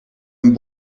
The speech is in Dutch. een